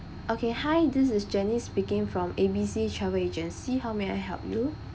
okay hi this is janice speaking from A B C travel agency how may I help you